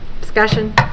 Discussion